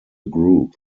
group